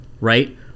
right